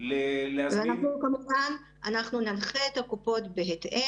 להזמין --- ואנחנו כמובן ננחה את הקופות בהתאם.